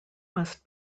must